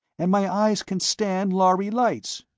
and my eyes can stand lhari lights.